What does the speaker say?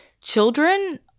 children